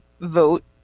vote